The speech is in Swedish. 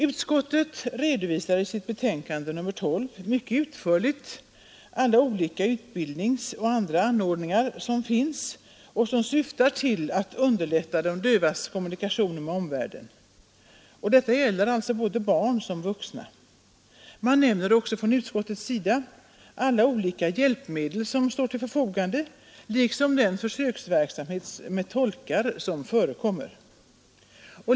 Utskottet redovisar i sitt betänkande nr 12 mycket utförligt alla de existerande utbildningsmöjligheter och andra anordningar som syftar till att underlätta de dövas kommunikation med omvärlden, i vad gäller både barn och vuxna. Utskottet nämner också alla olika hjälpmedel som står till förfogande liksom den försöksverksamhet med tolkar som förekommer.